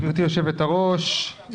גברתי יושבת-הראש,